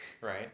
Right